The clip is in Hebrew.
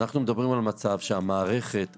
אנחנו מדברים על מצב שהמערכת קרסה,